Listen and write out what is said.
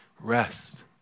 rest